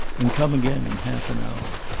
and come again in half an hour.